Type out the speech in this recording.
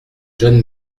jeunes